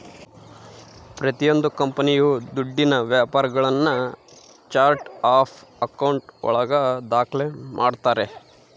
ಪ್ರತಿಯೊಂದು ಕಂಪನಿಯು ದುಡ್ಡಿನ ವ್ಯವಹಾರಗುಳ್ನ ಚಾರ್ಟ್ ಆಫ್ ಆಕೌಂಟ್ ಒಳಗ ದಾಖ್ಲೆ ಮಾಡ್ತಾರೆ